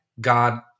God